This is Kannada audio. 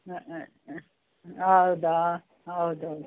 ಹಾಂ ಹಾಂ ಹಾಂ ಹೌದಾ ಹೌದು